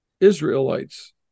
israelites